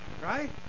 right